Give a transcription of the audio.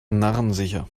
narrensicher